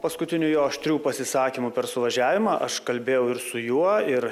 paskutinių jo aštrių pasisakymų per suvažiavimą aš kalbėjau ir su juo ir